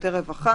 שירותי רווחה,